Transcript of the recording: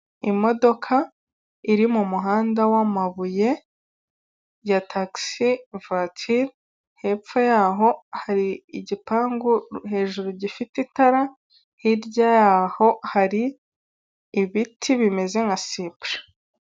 Imodoka iri mumuhanda w'amabuye ya tagisi vatiri, hepfo yaho hari igipangu hejuru gifite itara, hirya yaho hari ibiti bimeze nka sipure.